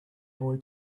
boy